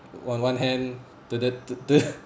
on one hand to the t~ t~ the